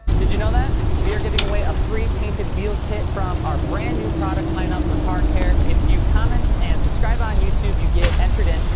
did you know that? we are giving away a free painted wheel kit from our brand new product lineup for car care. if you comment and subscribe on youtube, you get entered in.